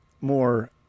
more